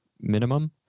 minimum